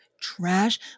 trash